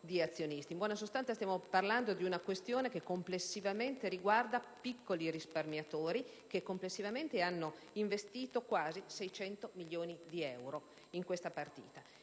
In buona sostanza, parliamo di una questione che riguarda piccoli risparmiatori che complessivamente hanno investito quasi 600 milioni di euro in questa partita.